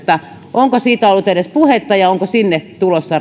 onko siitä ollut edes puhetta ja onko sinne tulossa